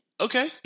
Okay